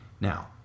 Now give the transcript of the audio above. Now